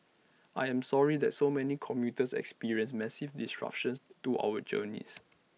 I am sorry that so many commuters experienced massive disruptions to our journeys